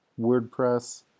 WordPress